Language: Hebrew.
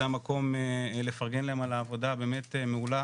זה המקום לפרגן להם על עבודה באמת מעולה